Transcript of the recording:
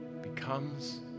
becomes